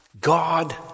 God